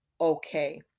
okay